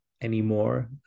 anymore